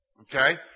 Okay